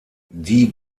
die